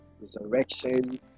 resurrection